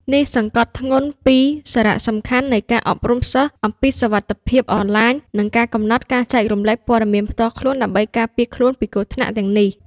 នេះសង្កត់ធ្ងន់ពីសារៈសំខាន់នៃការអប់រំសិស្សអំពីសុវត្ថិភាពអនឡាញ និងការកំណត់ការចែករំលែកព័ត៌មានផ្ទាល់ខ្លួន ដើម្បីការពារខ្លួនពីគ្រោះថ្នាក់ទាំងនេះ។